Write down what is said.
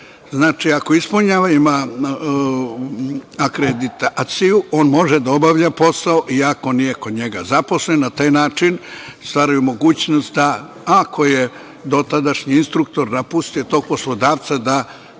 Znači, ako ispunjava akreditaciju, on može da obavlja posao iako nije kod njega zaposlen. Na taj način stvaraju mogućnost ako je dotadašnji instruktor napustio tog poslodavca, da